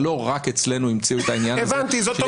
לא רק אצלנו המציאו את העניין הזה שיש